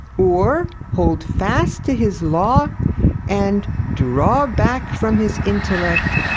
or hold fast to his law and draw back from his intellect.